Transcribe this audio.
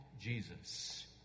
Jesus